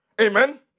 Amen